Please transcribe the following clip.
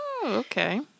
okay